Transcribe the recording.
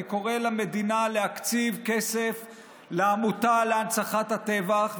אני קורא למדינה להקציב כסף לעמותה להנצחת הטבח,